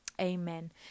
amen